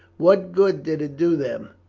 what good did it do them?